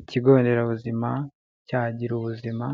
Ikigo nderabuzima cya Girubuzima,